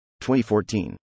2014